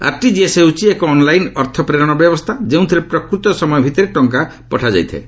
ଆର୍ଟିକିଏସ୍ ହେଉଛି ଏକ ଅନ୍ଲାଇନ୍ ଅର୍ଥପ୍ରେରଣ ବ୍ୟବସ୍ଥା ଯେଉଁଥିରେ ପ୍ରକୃତ ସମୟ ଭିଭିରେ ଟଙ୍କା ପଠାଯାଇଥାଏ